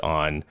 on